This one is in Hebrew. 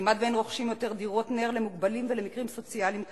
כמעט שאין רוכשים יותר דירות נ"ר למוגבלים ולמקרים סוציאליים קשים.